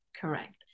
correct